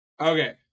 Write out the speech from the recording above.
Okay